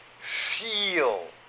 feel